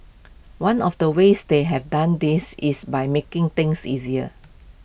one of the ways they have done this is by making things easier